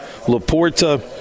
Laporta